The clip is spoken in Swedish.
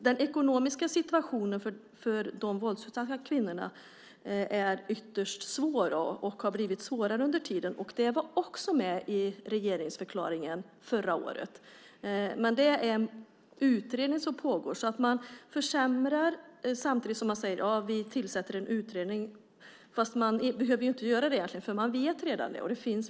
Den ekonomiska situationen för de våldsutsatta kvinnorna är ytterst svår och har blivit svårare under tiden. Det fanns också med i regeringsförklaringen förra året, och det finns en utredning som pågår. Man försämrar samtidigt som man säger att man tillsätter en utredning, men man behöver egentligen inte göra det eftersom man redan vet detta.